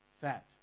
fat